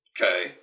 Okay